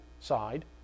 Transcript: side